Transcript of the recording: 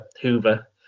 Hoover